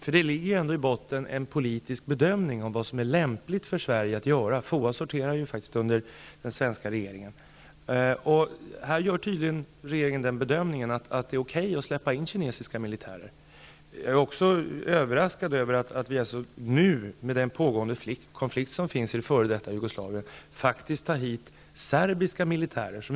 I botten ligger ändock en poltisk bedömning av vad som är lämpligt för Sverige att göra. FOA sorterar faktiskt under den svenska regeringen. Här gör tydligen regeringen bedömningen att det är okej att släppa in kinesiska militärer. Jag är också överraskad över att vi nu -- under den pågående konflikten i det f.d. Jugoslavien -- tar hit serbiska militärer.